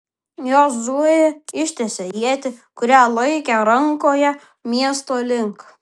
jozuė ištiesė ietį kurią laikė rankoje miesto link